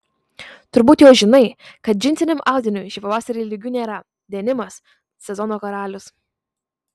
turbūt jau žinai kad džinsiniam audiniui šį pavasarį lygių nėra denimas sezono karalius